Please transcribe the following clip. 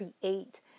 create